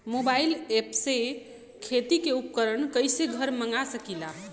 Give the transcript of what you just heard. Mobile ऐपसे खेती के उपकरण कइसे घर मगा सकीला?